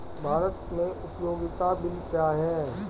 भारत में उपयोगिता बिल क्या हैं?